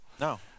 No